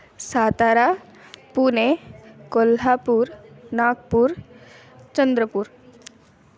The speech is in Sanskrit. सातारा पूणे कोल्हापूर् नाग्पूर् चन्द्रपूर्